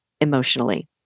emotionally